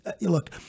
look